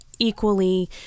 Equally